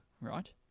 Right